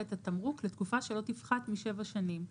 את התמרוק לתקופה שלא תפחת משבע שנים.